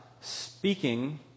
speaking